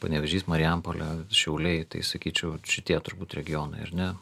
panevėžys marijampolė šiauliai tai sakyčiau šitie turbūt regionai ar ne